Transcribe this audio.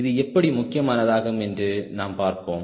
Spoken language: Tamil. இது எப்படி முக்கியமானதாகும் என்று நாம் பார்ப்போம்